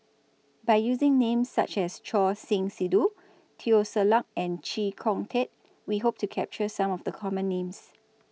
By using Names such as Choor Singh Sidhu Teo Ser Luck and Chee Kong Tet We Hope to capture Some of The Common Names